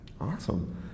Awesome